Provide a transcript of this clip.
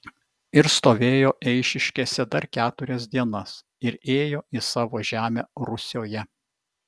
ir stovėjo eišiškėse dar keturias dienas ir ėjo į savo žemę rusioje